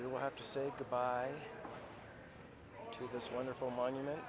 would have to say goodbye to this wonderful monument